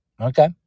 Okay